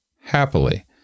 happily